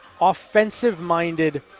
offensive-minded